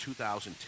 2010